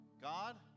God